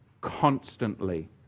constantly